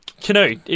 Canoe